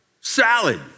salad